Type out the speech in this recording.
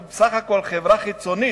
אנחנו בסך הכול חברה חיצונית,